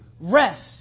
rest